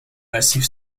massif